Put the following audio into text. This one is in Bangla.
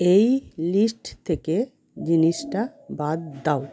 এই লিস্ট থেকে জিনিসটা বাদ দাও